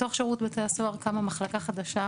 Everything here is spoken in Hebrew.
בתוך שירות בתי הסוהר קמה מחלקה חדשה,